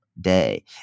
day